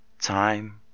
time